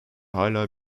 hâlâ